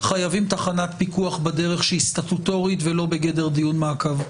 חייבים תחנת פיקוח בדרך שהיא סטטוטורית ולא בגדר דיון מעקב.